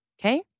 Okay